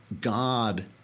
God